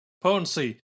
potency